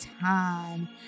time